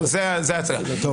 זאת ההצעה.